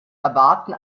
erwarten